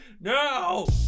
No